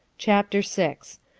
chapter six.